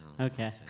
Okay